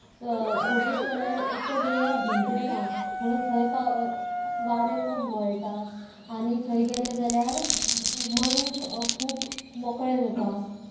बोडगेश्वराच्या देवळाक भिंत्यो ना म्हणून थंय वारें खूब घोळटा आनी थंय गेले जाल्यार मन खूब मोकळें जाता